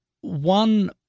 one